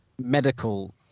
medical